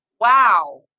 Wow